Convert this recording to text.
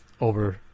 over